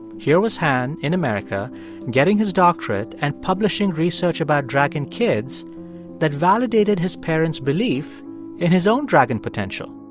here was han in america getting his doctorate and publishing research about dragon kids that validated his parents' belief in his own dragon potential